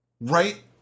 right